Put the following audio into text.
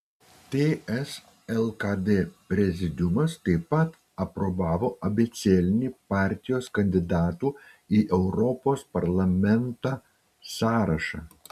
ts lkd prezidiumas taip pat aprobavo abėcėlinį partijos kandidatų į europos parlamentą sąrašą